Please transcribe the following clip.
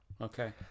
Okay